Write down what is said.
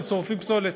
אז שורפים פסולת.